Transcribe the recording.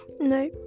no